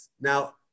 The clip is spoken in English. Now